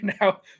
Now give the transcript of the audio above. now –